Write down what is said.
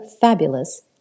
fabulous